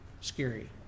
scary